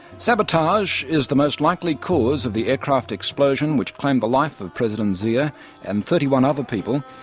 sabotage is the most likely cause of the aircraft explosion which claimed the life of president zia and thirty one other people,